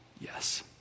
Yes